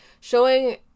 showing